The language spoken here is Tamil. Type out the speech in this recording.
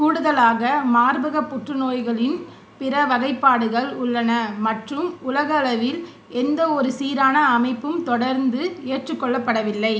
கூடுதலாக மார்பக புற்றுநோய்களின் பிற வகைப்பாடுகள் உள்ளன மற்றும் உலகளவில் எந்த ஒரு சீரான அமைப்பும் தொடர்ந்து ஏற்றுக்கொள்ளப்படவில்லை